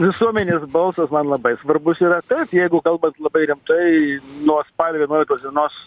visuomenės balsas man labai svarbus yra taip jeigu kalbant labai rimtai nuo spalio vienuoliktos dienos